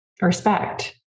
Respect